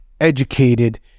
educated